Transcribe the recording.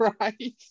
right